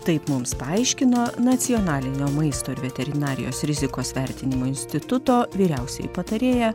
taip mums paaiškino nacionalinio maisto ir veterinarijos rizikos vertinimo instituto vyriausioji patarėja